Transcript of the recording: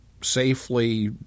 safely